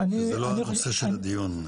כי זה לא הנושא של הדיון.